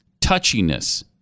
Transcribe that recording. touchiness